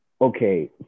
okay